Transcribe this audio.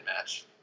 match